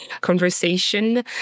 conversation